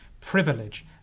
Privilege